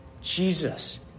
Jesus